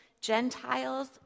Gentiles